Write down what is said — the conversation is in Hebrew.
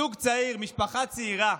זוג צעיר, משפחה צעירה,